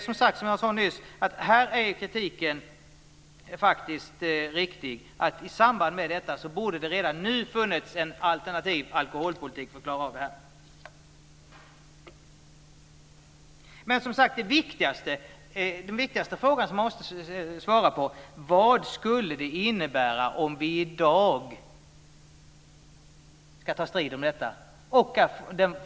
Som jag sade nyss är kritiken faktiskt riktig här. Det borde redan nu ha funnits en alternativ alkoholpolitik för att klara av detta. Men den viktigaste frågan som vi måste svara på är: Vad skulle det innebära om vi i dag skulle ta strid om detta?